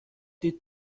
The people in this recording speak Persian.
دید